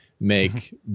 make